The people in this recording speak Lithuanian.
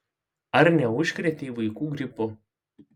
ar neužkrėtei vaikų gripu